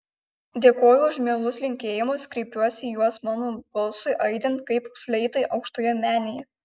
dėkoju už mielus linkėjimus kreipiuosi į juos mano balsui aidint kaip fleitai aukštoje menėje